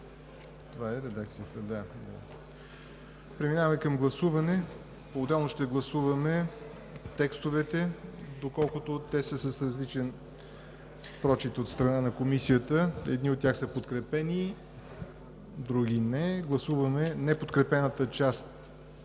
изказвания. Преминаваме към гласуване. Поотделно ще гласуваме текстовете, доколкото те са с различен прочит от страна на Комисията – едни от тях са подкрепени, други не. Гласуваме неподкрепената част